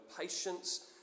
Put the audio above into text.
patience